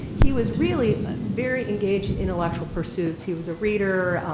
he was really very engaged in intellectual pursuits. he was a reader.